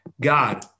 God